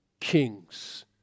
Kings